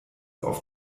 auf